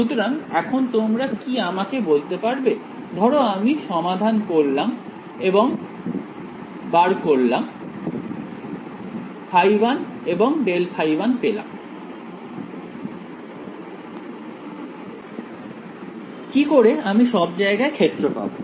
সুতরাং এখন তোমরা কি আমাকে বলতে পারবে ধরো আমি সমাধান করলাম এবং বার করলাম এবং ϕ1 এবং ∇ϕ1 পেলাম কি করে আমি সব জায়গায় ক্ষেত্র পাবো